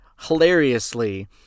Hilariously